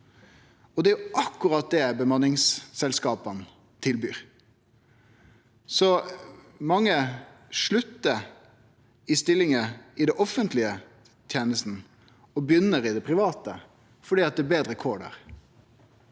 og det er akkurat det bemanningsselskapa tilbyr. Mange sluttar i stillingar i den offentlege tenesta og begynner i det private fordi det er betre kår der.